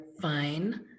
fine